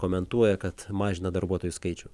komentuoja kad mažina darbuotojų skaičių